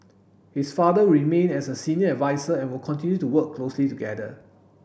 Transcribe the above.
his father will remain as a senior adviser and will continue to work closely together